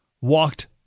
walked